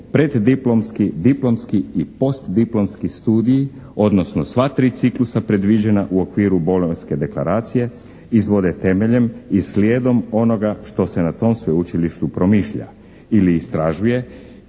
preddiplomski, diplomski i postdiplomski studiji, odnosno sva tri ciklusa predviđena u okviru Bolonjske deklaracije izvode temeljem i sljedom onoga što se na tom sveučilištu promišlja ili istražuje